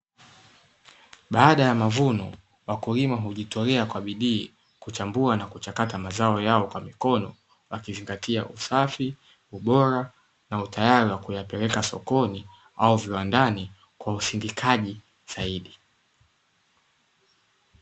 Baada ya mavuno wakulima hujitolea kwa bidii kuchambua na kuchakata mazao yao, kwa mikono wakizingatia usafi ubora na utayari wa kuyapeleka sokoni au viwandani kwa ushindikaji zaidi.